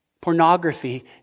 Pornography